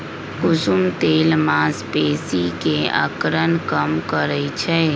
कुसुम तेल मांसपेशी के अकड़न कम करई छई